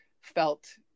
felt